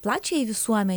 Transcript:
plačiajai visuome